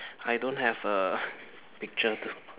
I don't have a picture to